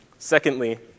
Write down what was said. Secondly